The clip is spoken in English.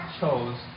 chose